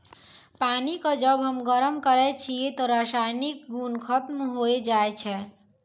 पानी क जब हम गरम करै छियै त रासायनिक गुन खत्म होय जाय छै